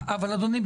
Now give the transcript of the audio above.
אדוני,